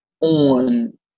on